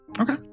Okay